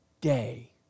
day